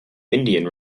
indian